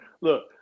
Look